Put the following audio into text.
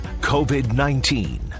COVID-19